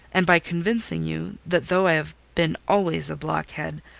and by convincing you, that though i have been always a blockhead,